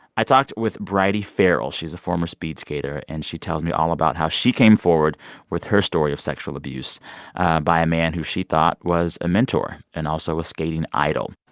i talked with bridie farrell. she's a former speed skater. and she tells me all about how she came forward with her story of sexual abuse by a man who she thought was a mentor and also a skating idol